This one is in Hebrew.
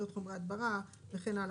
שאריות חומרי הדברה וכן הלאה,